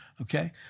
Okay